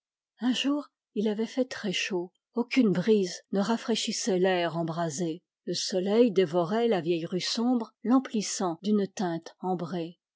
un jour il avait fait très chaud aucune brise ne rafraîchissait l'air embrasé le soleil dévorait la vieille rue sombre l'emplissant d'une teinte ambrée